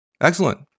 Excellent